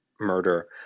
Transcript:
murder